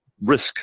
risk